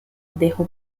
dejó